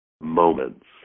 moments